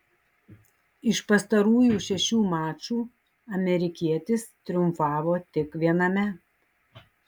iš pastarųjų šešių mačų amerikietis triumfavo tik viename